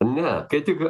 ne kaip tik